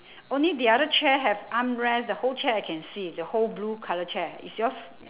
only the other chair have armrest the whole chair I can see the whole blue colour chair is yours